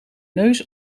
neus